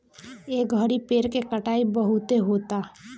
ए घड़ी पेड़ के कटाई बहुते होता